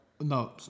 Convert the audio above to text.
no